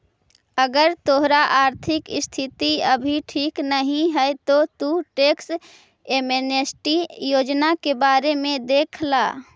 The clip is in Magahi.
अगर तोहार आर्थिक स्थिति अभी ठीक नहीं है तो तु टैक्स एमनेस्टी योजना के बारे में देख ला